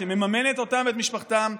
שמממנת אותם ואת משפחתם,